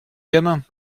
gamin